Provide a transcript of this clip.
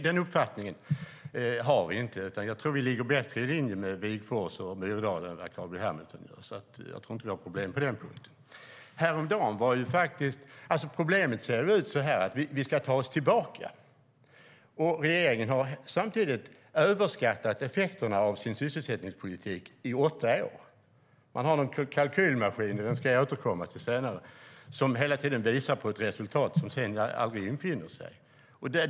Den uppfattningen har vi nämligen inte, utan jag tror att vi ligger bättre i linje med Wigforss och Myrdal än vad Carl B Hamilton gör. Jag tror alltså inte att vi har problem på den punkten. Problemet ser ut så här: Vi ska ta oss tillbaka, och regeringen har samtidigt överskattat effekterna av sin sysselsättningspolitik i åtta år. Man har någon kalkylmaskin - den ska jag återkomma till senare - som hela tiden visar på ett resultat som sedan aldrig infinner sig.